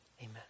Amen